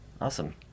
Awesome